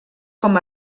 com